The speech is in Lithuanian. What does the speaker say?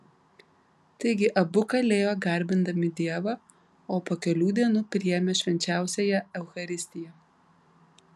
taigi abu kalėjo garbindami dievą o po kelių dienų priėmė švenčiausiąją eucharistiją